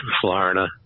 Florida